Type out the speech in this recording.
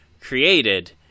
created